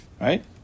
Right